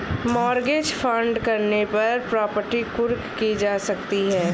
mortgage fraud करने पर property कुर्क की जा सकती है